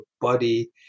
body